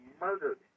murdered